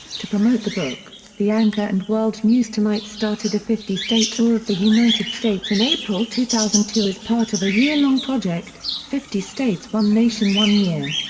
to promote the book, the anchor and world news tonight started a fifty state tour of the united states in april two thousand and two as part of a yearlong project, fifty states one nation one year.